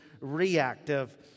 reactive